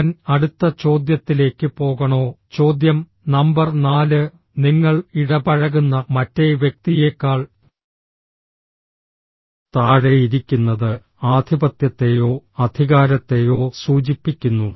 ഞാൻ അടുത്ത ചോദ്യത്തിലേക്ക് പോകണോ ചോദ്യം നമ്പർ 4 നിങ്ങൾ ഇടപഴകുന്ന മറ്റേ വ്യക്തിയേക്കാൾ താഴെ ഇരിക്കുന്നത് ആധിപത്യത്തെയോ അധികാരത്തെയോ സൂചിപ്പിക്കുന്നു